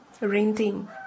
renting